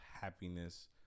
happiness